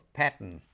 pattern